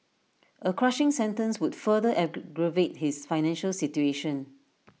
A crushing sentence would further aggravate his financial situation